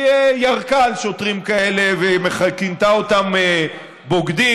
היא ירקה על שוטרים כאלה וכינתה אותם בוגדים,